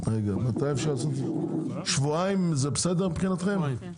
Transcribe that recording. שבועיים זה בסדר מבחינתכם?